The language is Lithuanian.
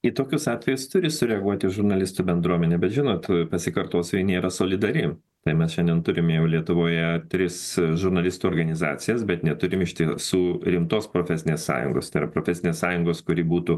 į tokius atvejus turi sureaguoti žurnalistų bendruomenė bet žinot pasikartosiu ji nėra solidari ir mes šiandien turime jau lietuvoje tris žurnalistų organizacijas bet neturim iš tiesų rimtos profesinės sąjungos tai yra profesinės sąjungos kuri būtų